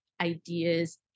ideas